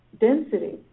density